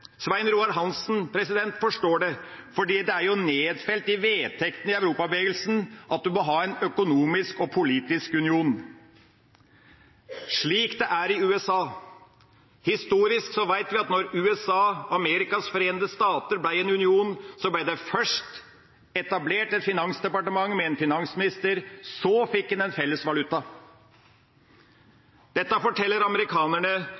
Svein Roald Hansen forstår det, for det er nedfelt i vedtektene til Europabevegelsen at en må ha en økonomisk og politisk union, slik det er i USA. Historisk sett vet vi at da USA, Amerikas forente stater, ble en union, ble det først etablert et finansdepartement med en finansminister – så fikk de en felles valuta. Dette forteller amerikanerne